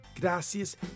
gracias